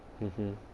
mmhmm